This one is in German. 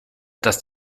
dass